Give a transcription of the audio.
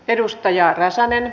arvoisa puhemies